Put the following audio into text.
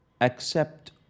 accept